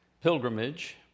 pilgrimage